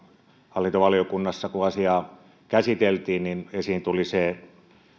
hallintovaliokunnassa kun asiaa käsiteltiin esiin tuli se